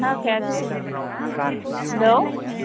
थाखायाथ' hello